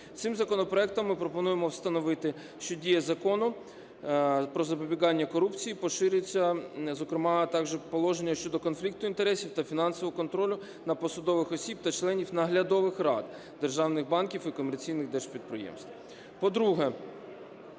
Цим законопроектом ми пропонуємо встановити, що дія Закону "Про запобігання корупції" поширюється, зокрема, а також положення щодо конфлікту інтересів та фінансового контролю, на посадових осіб та членів наглядових рад державних банків і комерційних держпідприємств.